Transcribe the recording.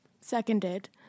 Seconded